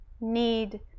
need